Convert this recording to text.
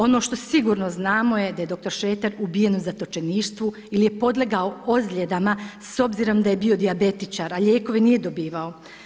Ono što sigurno znamo je da je dr. Šreter ubijen u zatočeništvu ili je podlegao ozljedama s obzirom da je bio dijabetičar, a lijekove nije dobivao.